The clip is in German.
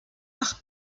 nach